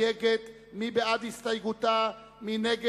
ולכן הסתייגותך לא נתקבלה,